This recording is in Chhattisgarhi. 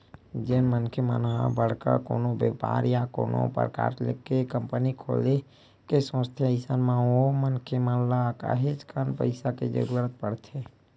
जेन मनखे मन ह बड़का कोनो बेपार या कोनो परकार के कंपनी खोले के सोचथे अइसन म ओ मनखे मन ल काहेच कन पइसा के जरुरत परथे